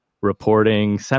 reporting